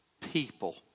people